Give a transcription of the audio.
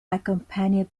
accompanied